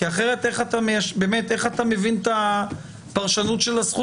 כי אחרת איך אתה מבין את הפרשנות של הזכות